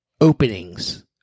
openings